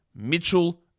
Mitchell